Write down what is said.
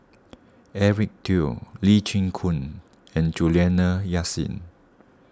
Eric Teo Lee Chin Koon and Juliana Yasin